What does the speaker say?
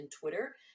Twitter